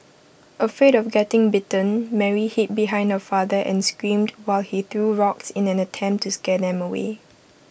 afraid of getting bitten Mary hid behind her father and screamed while he threw rocks in an attempt to scare them away